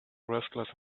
restless